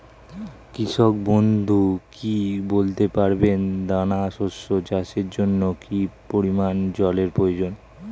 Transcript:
কৃষক বন্ধু কি বলতে পারবেন দানা শস্য চাষের জন্য কি পরিমান জলের প্রয়োজন?